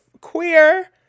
Queer